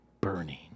burning